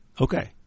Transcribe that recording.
Okay